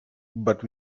but